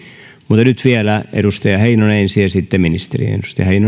mutta nyt vielä edustaja heinonen ensin ja sitten ministeri